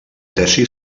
tesi